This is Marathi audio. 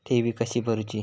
ठेवी कशी भरूची?